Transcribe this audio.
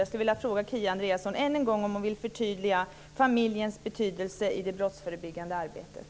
Jag skulle vilja fråga Kia Andreasson än en gång om hon vill understryka familjens betydelse i det brottsförebyggande arbetet.